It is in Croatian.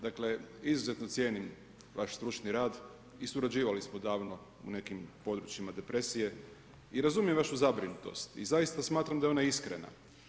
Dakle, izuzetno cijenim vaš stručni rad i surađivali smo davno, u nekim područjima depresije i razumijem vašu zabrinutost i zaista smatram da je ona iskrena.